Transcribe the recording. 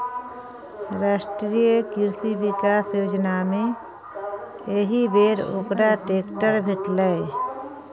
राष्ट्रीय कृषि विकास योजनामे एहिबेर ओकरा ट्रैक्टर भेटलै